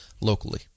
locally